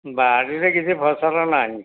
ବାଡ଼ିରେ କିଛି ଫସଲ ନାହିଁ